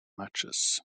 matches